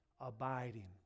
abiding